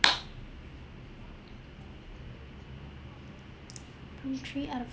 prompt three out of